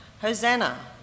Hosanna